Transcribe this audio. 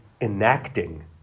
enacting